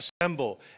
assemble